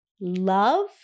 love